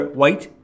white